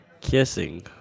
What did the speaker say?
kissing